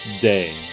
day